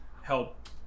help